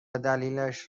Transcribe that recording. دلیلش